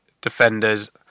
defenders